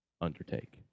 undertake